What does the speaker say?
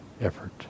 effort